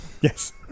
yes